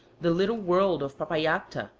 the little world of papallacta,